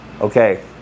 okay